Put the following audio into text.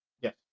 yes